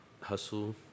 Hustle